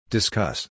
Discuss